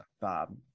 Bob